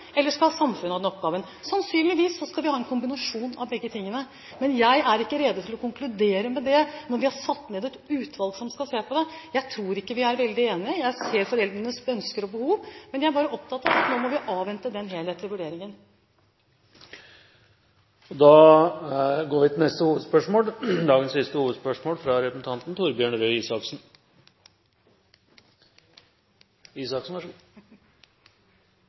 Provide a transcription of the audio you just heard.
eller skal samfunnet ha den oppgaven? Sannsynligvis skal vi ha en kombinasjon av begge tingene, men jeg er ikke rede til å konkludere med det nå, når vi har satt ned et utvalg som skal se på det. Jeg tror ikke vi er veldig uenige. Jeg ser foreldrenes ønsker og behov, men jeg er opptatt av at nå må vi avvente den helhetlige vurderingen. Vi går til neste hovedspørsmål. Jeg har først lyst til å nevne at nylig kom det nye brukertall fra